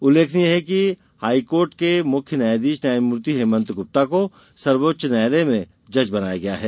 उल्लेखनीय है कि हाईकोर्ट के मुख्य न्यायाधीश न्यायमूर्ति हेमंत गुप्ता को सर्वोच्च न्यायालय में जज बनाया गया है